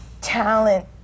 talent